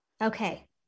Okay